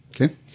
Okay